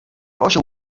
osioł